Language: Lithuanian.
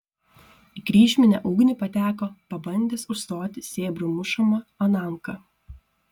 į kryžminę ugnį pateko pabandęs užstoti sėbrų mušamą ananką